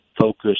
focus